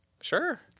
Sure